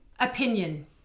Opinion